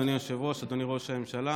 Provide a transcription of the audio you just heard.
אדוני היושב-ראש, אדוני ראש הממשלה,